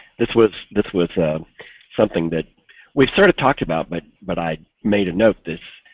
this was this was something that we sort of talked about, but but i made a note this.